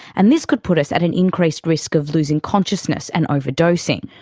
and this could put us at an increased risk of losing consciousness and overdosing.